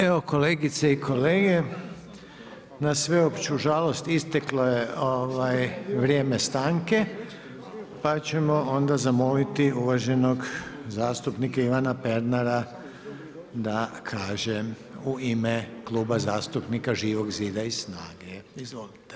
Evo kolegice i kolege, na sveopću žalost isteklo je vrijeme stanke, pa ćemo onda zamoliti uvaženog zastupnika Ivana Pernara da kaže u ime Kluba zastupnika Živog zida i SNAGA-e.